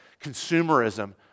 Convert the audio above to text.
consumerism